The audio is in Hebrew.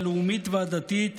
הלאומית והדתית,